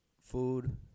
food